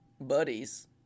buddies